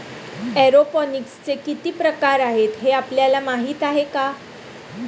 एरोपोनिक्सचे किती प्रकार आहेत, हे आपल्याला माहित आहे का?